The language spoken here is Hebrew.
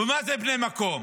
ומה זה בני מקום?